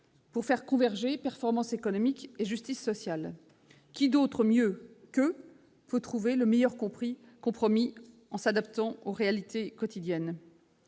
pour faire converger performance économique et justice sociale. Qui d'autre mieux qu'eux peut trouver le meilleur compromis en s'adaptant aux réalités quotidiennes ?